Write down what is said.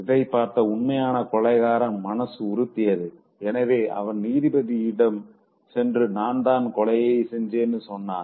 இதைப்பார்த்த உண்மையான கொலைகாரன் மனசு உறுத்தியது எனவே அவன் நீதிபதியிடம் சென்று நான்தா கொலை செஞ்சேனு சொன்னான்